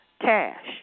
cash